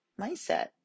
mindset